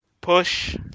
Push